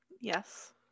Yes